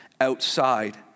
outside